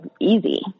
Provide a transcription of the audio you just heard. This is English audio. easy